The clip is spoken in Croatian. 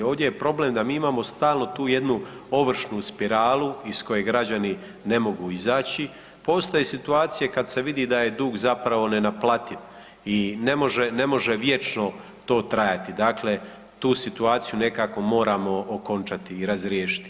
Ovdje je problem da mi imamo stalnu tu jednu ovršnu spiralu iz koje građani ne mogu izaći, postoje situacije kad se vidi da je dug zapravo nenaplativ i ne može vječno to trajati, dakle tu situaciju nekako moramo okončati i razriješiti.